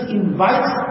invites